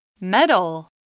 Metal